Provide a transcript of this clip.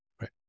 Right